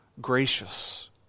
gracious